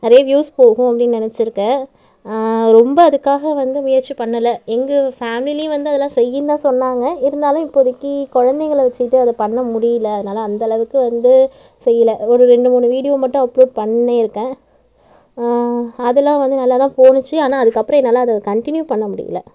நிறைய வியூஸ் போகும் அப்படினு நினச்சிருக்கேன் ரொம்ப அதுக்காக வந்து முயற்சி பண்ணலை எங்கள் ஃபேம்லிலேயும் வந்து அதெலாம் செயின்னு தான் சொன்னாங்க இருந்தாலும் இப்போதிக்கு குழந்தைங்கள வச்சிக்கிட்டு அதைப்பண்ண முடியல அதனால அந்தளவுக்கு வந்து செய்யலை ஒரு ரெண்டு மூணு வீடியோ மட்டும் அப்லோட் பண்ணியிருக்கேன் அதெலாம் வந்து நல்லா தான் போனுச்சு ஆனால் அதுக்கப்புறம் என்னால் அதை கண்ட்டினியூ பண்ண முடியல